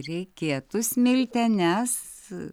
reikėtų smilte nes